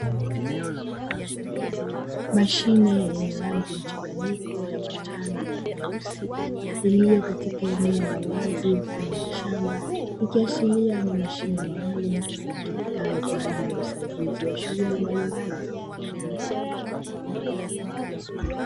Mashine yenye rangi mchanganyiko ya manjano na nyeusi, iliyo katika eneo la wazi mfano wa shamba, ikiashiria ni mashine maalumu, itumikayo kwa ajili ya usaidizi wa shughuli mbalimbali za kilimo.